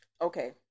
okay